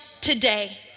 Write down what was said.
today